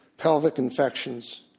pelvic infections,